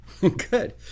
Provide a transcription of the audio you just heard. Good